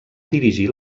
dirigir